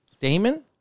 Damon